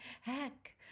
Heck